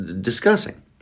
discussing